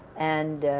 and,